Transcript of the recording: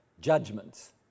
judgments